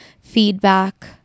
feedback